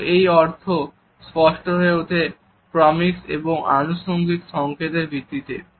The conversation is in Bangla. কিন্তু এই অর্থ স্পষ্ট হয়ে ওঠে প্রক্সেমিকস এবং আনুষঙ্গিক সংকেতের ভিত্তিতে